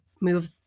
move